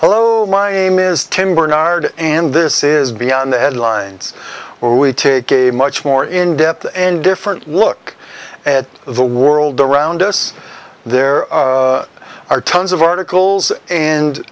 hello my name is tim barnard and this is beyond the headlines or we take a much more in depth and different look at the world around us there are tons of articles and